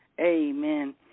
Amen